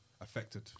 Affected